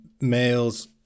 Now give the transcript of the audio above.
males